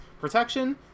protection